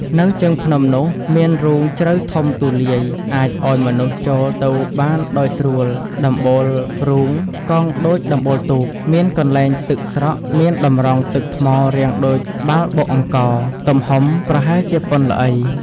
នៅជើងភ្នំនោះ មានរូងជ្រៅធំទូលាយ អាចឱ្យមនុស្សចូលទៅបានដោយស្រួល ដំបូលរូងកោងដូចដំបូលទូក មានកន្លែងទឹកស្រក់មានតម្រងទឹកថ្មរាងដូចត្បាល់បុកអង្ករ ទំហំប្រហែលជាប៉ុនល្បី ។